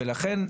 לכן,